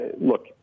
Look